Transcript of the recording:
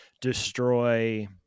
destroy